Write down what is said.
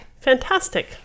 fantastic